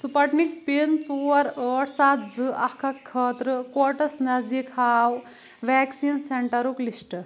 Sputnik پِن ژور ٲٹھ سَتھ زٕ اکھ اکھ خٲطرٕ کوٹس نزدیٖک ہاو ویکسیٖن سینٹرُک لسٹ